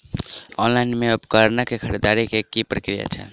Online मे उपकरण केँ खरीदय केँ की प्रक्रिया छै?